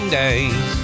days